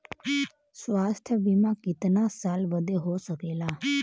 स्वास्थ्य बीमा कितना साल बदे हो सकेला?